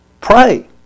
Pray